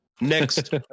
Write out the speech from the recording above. Next